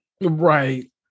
Right